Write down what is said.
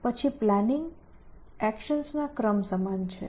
પછી પ્લાનિંગ એકશન્સના ક્રમ સમાન છે